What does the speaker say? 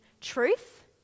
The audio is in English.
truth